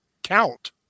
count